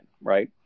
right